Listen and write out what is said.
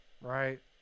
right